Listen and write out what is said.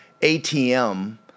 ATM